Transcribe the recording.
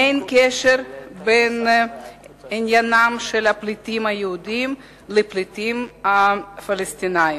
אין קשר בין עניינם של הפליטים היהודים לפליטים הפלסטינים.